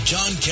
John